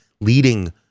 leading